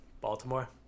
Baltimore